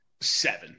Seven